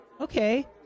Okay